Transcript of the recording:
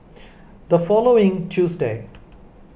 the following Tuesday